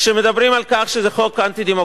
כשמדברים על כך שזה חוק אנטי-דמוקרטי,